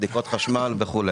חשמל וכו',